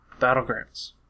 Battlegrounds